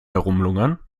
herumlungern